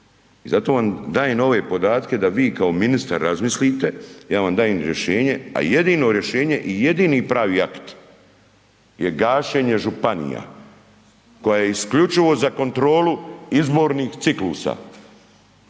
Zato vam dajem ove podatke da vi kao ministar razmislite, ja vam dajem rješenje, a jedino rješenje i jedini pravi akt je gašenje županija koja je isključivo za kontrolu izbornih ciklusa,